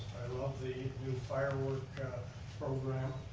love the new firework program.